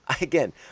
Again